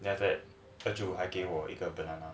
then 他就还给我一个